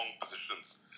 positions